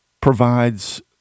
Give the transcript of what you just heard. provides